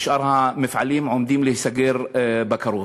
ושאר המפעלים עומדים להיסגר בקרוב.